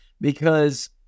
because-